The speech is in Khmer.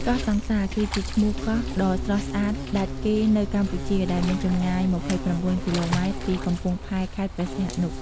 កោះសង្សារ គឺជាឈ្មោះកោះដ៏ស្រស់ស្អាតដាច់គេនៅកម្ពុជា ដែលមានចម្ងាយ ២៩ គីឡូម៉ែត្រពីកំពង់ផែខេត្តព្រះសីហនុ។